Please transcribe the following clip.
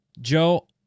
Joe